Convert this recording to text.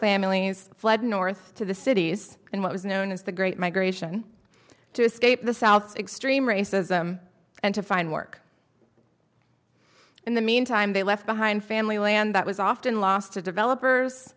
families fled north to the cities in what was known as the great migration to escape the south's extreme racism and to find work in the meantime they left behind family land that was often lost to developers